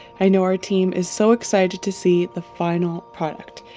i know our team is so excited to see the final product,